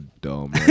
dumb